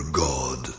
god